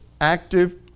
active